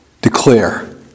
declare